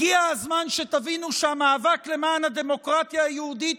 הגיע הזמן שתבינו שהמאבק למען הדמוקרטיה היהודית